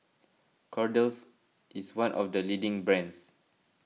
Kordel's is one of the leading brands